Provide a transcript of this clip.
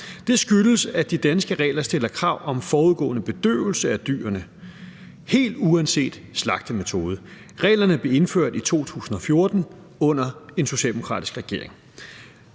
Det skyldes, at der med de danske regler stilles krav om forudgående bedøvelse af dyrene helt uanset slagtemetode. Reglerne blev indført i 2014 under en socialdemokratisk regering.